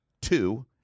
two